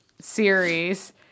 series